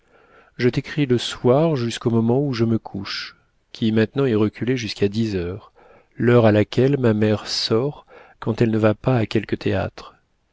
je t'écris le soir jusqu'au moment où je me couche qui maintenant est reculé jusqu'à dix heures l'heure à laquelle ma mère sort quand elle ne va pas à quelque théâtre